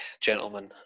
gentlemen